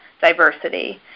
diversity